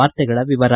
ವಾರ್ತೆಗಳ ವಿವರ